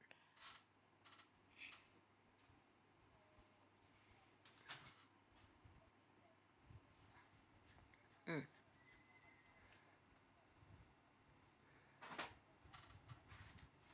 mm